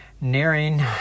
nearing